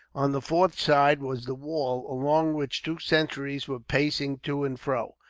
on the fourth side was the wall, along which two sentries were pacing to and fro.